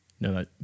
no